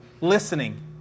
listening